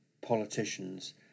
politicians